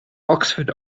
oxford